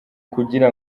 kugira